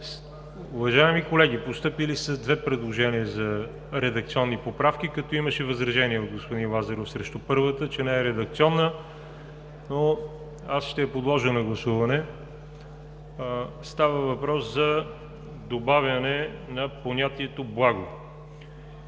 поправки, като имаше две предложения за редакционни поправки, като имаше възражение от господин Лазаров срещу първата, че не е редакционна. Но аз ще я подложа на гласуване. Става въпрос за добавяне на понятието „благо“